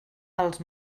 els